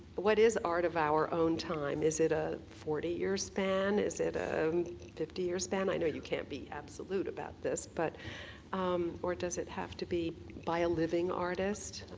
what is art of our own time, is it a forty year span, is it a um fifty year span? i know you can't be absolute about this, but um or does it have to be by a living artist?